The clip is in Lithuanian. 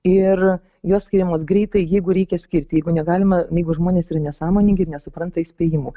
ir jos skiriamos greitai jeigu reikia skirti jeigu negalima jeigu žmonės yra nesąmoningi ir nesupranta įspėjimų